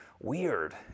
weird